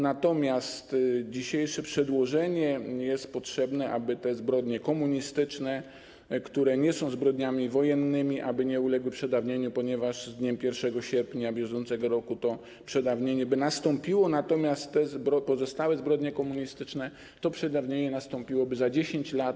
Natomiast dzisiejsze przedłożenie jest potrzebne, aby te zbrodnie komunistyczne, które nie są zbrodniami wojennymi, nie uległy przedawnieniu, ponieważ z dniem 1 sierpnia br. to przedawnienie by nastąpiło, natomiast jeżeli chodzi o te pozostałe zbrodnie komunistyczne, to przedawnienie nastąpiłoby za 10 lat.